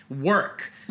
work